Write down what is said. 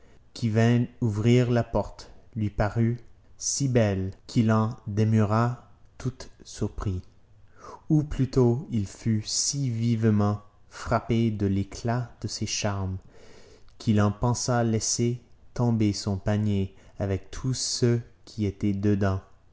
qui vint ouvrir la porte lui parut si belle qu'il en demeura tout surpris ou plutôt il fut si vivement frappé de l'éclat de ses charmes qu'il en pensa laisser tomber son panier avec tout ce qui était dedans